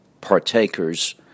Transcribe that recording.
partakers